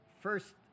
first